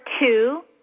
two